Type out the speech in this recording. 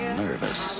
nervous